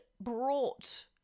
brought